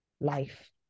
life